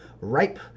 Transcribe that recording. ripe